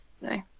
No